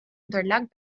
unterlag